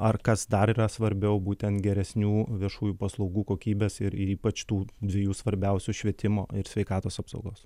ar kas dar yra svarbiau būtent geresnių viešųjų paslaugų kokybės ir ypač tų dviejų svarbiausių švietimo ir sveikatos apsaugos